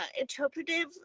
interpretive